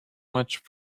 much